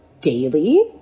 daily